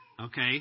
okay